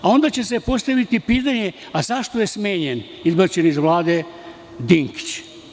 A onda će se postaviti pitanje - zašto je smenjen, izbačen iz Vlade Dinkić?